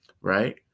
right